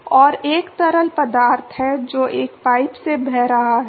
और एक तरल पदार्थ है जो एक पाइप से बह रहा है